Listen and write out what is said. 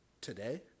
Today